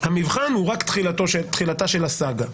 המבחן הוא רק תחילתה של הסאגה.